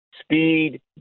Speed